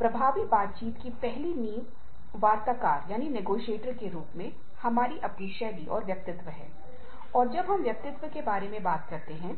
भले ही 7 दिनों के कार्य सप्ताह में हम 48 घंटे से अधिक काम कर रहे हों यह विश्व स्तर पर सही है